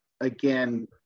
again